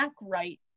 write